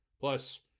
plus